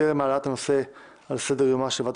טרם העלאת הנושא של סדר יומה של ועדת